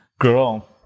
girl